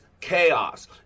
chaos